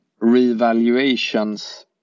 revaluations